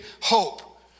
hope